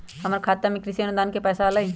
हमर खाता में कृषि अनुदान के पैसा अलई?